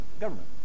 government